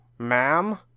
Ma'am